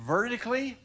Vertically